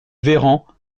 véran